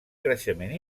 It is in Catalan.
creixement